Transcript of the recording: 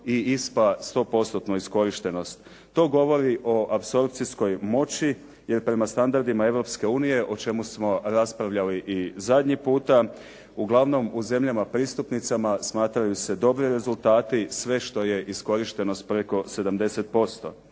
i ISPA 100%-tnu iskorištenost. To govori o apsorpcijskoj moći jer prema standardima Europske unije o čemu smo raspravljali i zadnji puta uglavnom u zemljama pristupnicama smatraju se dobri rezultati sve što je iskorištenost preko 70%.